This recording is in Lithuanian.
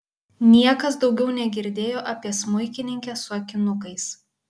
niekas daugiau negirdėjo apie smuikininkę su akinukais